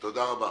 תודה.